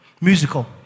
Musical